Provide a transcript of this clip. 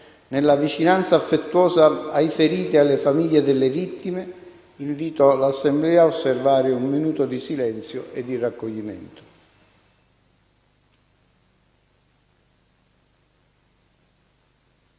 nella vicinanza affettuosa ai feriti e alle famiglie delle vittime, invito l'Assemblea ad osservare un minuto di silenzio e raccoglimento.